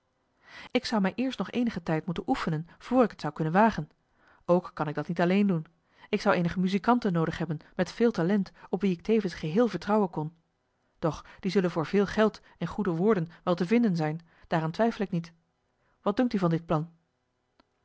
ik zou mij eerst nog eenigen tijd moeten oefenen voor ik het zou kunnen wagen ook kan ik dat niet alleen doen ik zou eenige muzikanten noodig hebben met veel talent op wie ik tevens geheel vertrouwen kon doch die zullen voor veel geld en goede woorden wel te vinden zijn daaraan twijfel ik niet wat dunkt u van dit plan